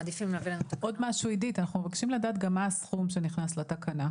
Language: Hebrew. עוד משהו - אנחנו מבקשים לדעת גם מה הסכום שנכנס לתקנה.